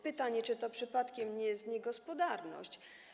Pytanie, czy to przypadkiem nie jest niegospodarność.